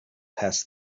past